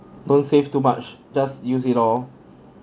don't save too much just use it all